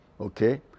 okay